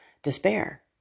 despair